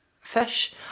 fish